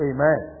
Amen